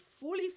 fully